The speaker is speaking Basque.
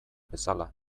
bezala